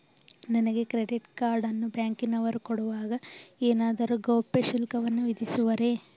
ನನಗೆ credit card ಅನ್ನು ಬ್ಯಾಂಕಿನವರು ಕೊಡುವಾಗ ಏನಾದರೂ ಗೌಪ್ಯ ಶುಲ್ಕವನ್ನು ವಿಧಿಸುವರೇ?